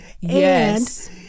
Yes